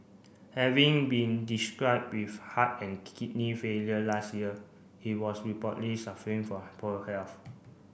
having been describe with heart and kidney failure last year he was reportedly suffering from poor health